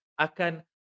akan